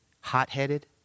Hot-headed